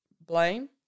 blame